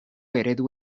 eredu